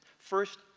first,